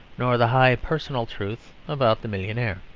nor the highly personal truth about the millionaire.